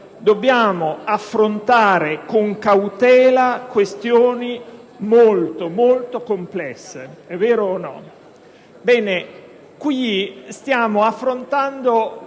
«dobbiamo affrontare con cautela questioni molto, molto complesse».